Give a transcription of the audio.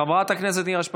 חברת הכנסת נירה שפק,